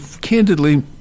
candidly